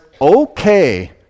okay